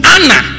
Anna